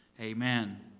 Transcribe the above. amen